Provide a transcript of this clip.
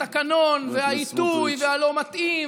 אתם כבר שנים מתחבאים מאחורי התקנון והעיתוי והלא-מתאים